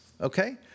Okay